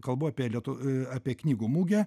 kalbu apie lietu apie knygų mugę